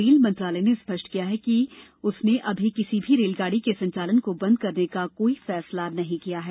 rail मंत्रालय ने स्पष्ट किया है कि उसने अभी किसी भी रेलगाडी के संचालन को बंद करने का कोई फैसला नहीं किया है